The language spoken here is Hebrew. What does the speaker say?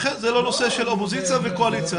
נושא של אופוזיציה וקואליציה,